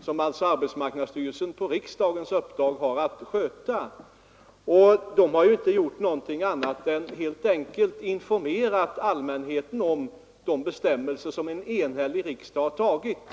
som arbetsmarknadsstyrelsen på riksdagens uppdrag har att sköta. Arbetsmarknadsstyrelsen har inte gjort något annat än informerat allmänheten om de bestämmelser en enig riksdag fastställt.